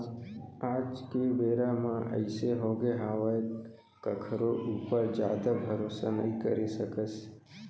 आज के बेरा म अइसे होगे हावय कखरो ऊपर जादा भरोसा नइ करे सकस